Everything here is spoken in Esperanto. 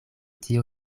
tio